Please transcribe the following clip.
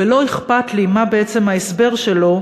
ולא אכפת לי מה בעצם ההסבר שלו,